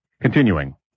Continuing